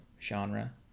genre